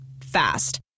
Fast